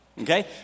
okay